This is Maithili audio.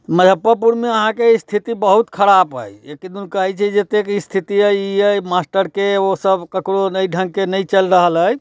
मजफ्फरपुरमे अहाँके स्थिति बहुत खराब अछि किदन दिन कहै छै अत्ते स्थिति अछि ई अछि मास्टरके ओ सभ ककरो नहि ढंगके नहि चलि रहल अछि